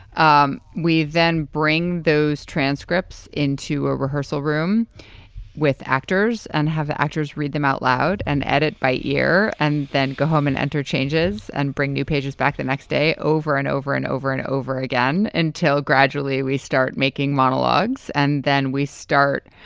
um we then bring those transcripts into a rehearsal room with actors and have actors read them out loud and edit by ear and then go home and enter changes and bring new pages back the next day over and over and over and over again and tell. gradually we start making monologues and then we start